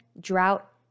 drought